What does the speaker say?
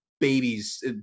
babies